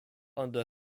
under